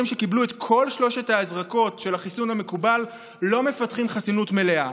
שקיבלו את כל שלוש ההזרקות של החיסון המקובל לא מפתחים חסינות מלאה.